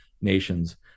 nations